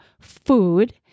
food